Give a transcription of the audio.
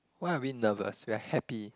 why are we nervous we are happy